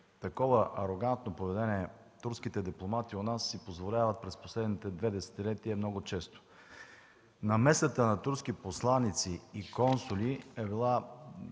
такова арогантно поведение турските дипломати у нас си позволяват през последните две десетилетия много често. Намесата на турски посланици и консули е била